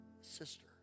sister